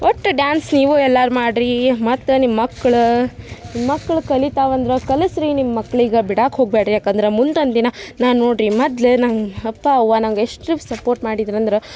ಒಟ್ಟು ಡ್ಯಾನ್ಸ್ ನೀವು ಎಲ್ಲಾರೂ ಮಾಡಿರಿ ಮತ್ತು ನಿಮ್ಮ ಮಕ್ಳು ಮಕ್ಳು ಕಲಿತಾವಂದ್ರೆ ಕಲಿಸ್ರಿ ನಿಮ್ಮ ಮಕ್ಳಿಗೆ ಬಿಡಕ್ಕ ಹೋಗ್ಬೇಡಿ ಯಾಕಂದ್ರೆ ಮುಂದೊಂದು ದಿನ ನಾ ನೋಡಿರಿ ಮೊದ್ಲೇ ನಂಗೆ ಅಪ್ಪ ಅವ್ವ ನಂಗೆ ಎಷ್ಟು ಸಪೋರ್ಟ್ ಮಾಡಿದ್ರಂದ್ರೆ